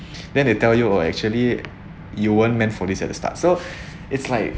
then they tell you oh actually you weren't meant for this at the start so its like